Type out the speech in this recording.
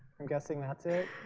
i'm guessing that's it.